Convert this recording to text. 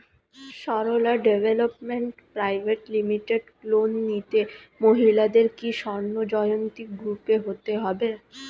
Sarala development private limited loan নিতে মহিলাদের কি স্বর্ণ জয়ন্তী গ্রুপে হতে হবে?